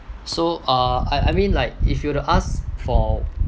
so uh I I mean like if you were to ask for